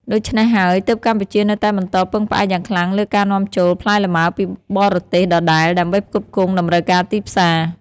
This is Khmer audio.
ដូច្នេះហើយ ទើបកម្ពុជានៅតែបន្តពឹងផ្អែកយ៉ាងខ្លាំងលើការនាំចូលផ្លែលម៉ើពីបរទេសដដែល ដើម្បីផ្គត់ផ្គង់តម្រូវការទីផ្សារ។